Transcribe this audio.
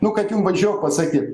nu kad jum vaizdžiau pasakyt